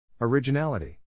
originality